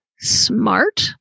smart